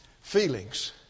feelings